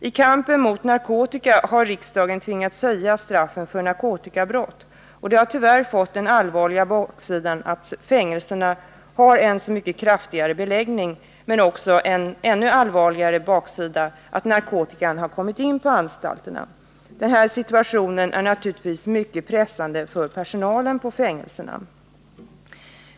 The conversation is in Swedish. I kampen mot narkotikan har riksdagen tvingats höja straffen för narkotikabrott, och det har tyvärr fått den allvarliga ”baksidan” att fängelserna nu har en mycket kraftigare beläggning. En ännu allvarligare baksida är att narkotikan har kommit in på anstalterna. Den här situationen är naturligtvis mycket pressande för personalen på fängelserna.